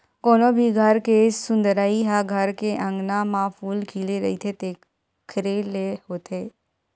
कोनो भी घर के सुंदरई ह घर के अँगना म फूल खिले रहिथे तेखरे ले होथे